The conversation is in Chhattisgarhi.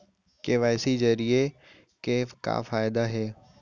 के.वाई.सी जरिए के का फायदा हे?